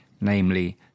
namely